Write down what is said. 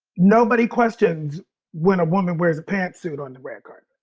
nobody questions when a woman wears a pantsuit on the red carpet.